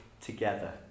together